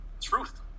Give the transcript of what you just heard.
truth